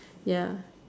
ya